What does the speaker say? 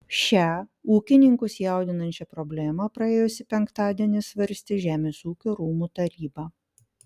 šią ūkininkus jaudinančią problemą praėjusį penktadienį svarstė žemės ūkio rūmų taryba